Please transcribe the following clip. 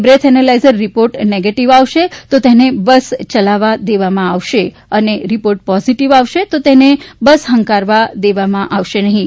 breath analyser report negative આવશે તો જ તેમને બસ ચલાવવા દેવામાં આવશે અને રિપોર્ટ પોઝીટીવ આવશે તો બસ ફંકારવા દેવામાં આવશે નફીં